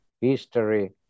history